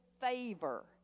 favor